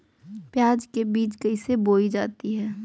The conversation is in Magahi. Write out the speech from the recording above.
प्याज के बीज कैसे बोई जाती हैं?